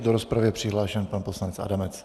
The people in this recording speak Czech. Do rozpravy je přihlášen pan poslanec Adamec.